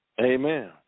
Amen